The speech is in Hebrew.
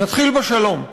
נתחיל בשלום.